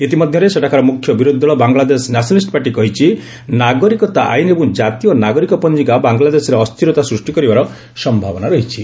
ଇତିମଧ୍ୟରେ ସେଠାକାର ମୁଖ୍ୟ ବିରୋଧୀ ଦଳ ବାଙ୍ଗଳାଦେଶ ନ୍ୟାସନାଲିଷ୍ଟ ପାର୍ଟି କହିଛି ନାଗରିକତା ଆଇନ୍ ଏବଂ ଜାତୀୟ ନାଗରିକ ପଞ୍ଜିକା ବାଙ୍ଗଲାଦେଶରେ ଅସ୍ଥିରତା ସୃଷ୍ଟି କରିବାର ସମ୍ଭାବନା ରହିଛି